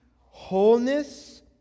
wholeness